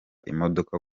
imodoka